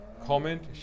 Comment